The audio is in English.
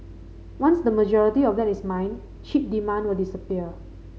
once the majority of that is mined chip demand will disappear